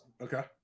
Okay